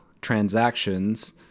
transactions